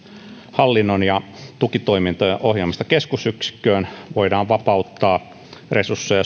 hallinnon ja tukitoimintojen ohjaamista keskusyksikköön voidaan vapauttaa resursseja